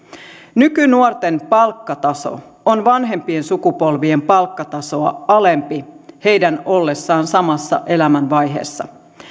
nykynuorten palkkataso on vanhempien sukupolvien palkkatasoa alempi heidän ollessaan samassa elämänvaiheessa